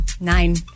nine